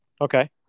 Okay